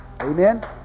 Amen